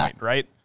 right